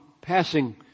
passing